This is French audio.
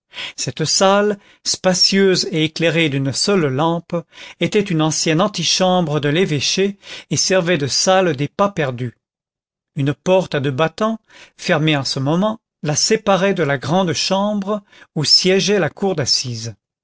cette salle spacieuse et éclairée d'une seule lampe était une ancienne antichambre de l'évêché et servait de salle des pas perdus une porte à deux battants fermée en ce moment la séparait de la grande chambre où siégeait la cour d'assises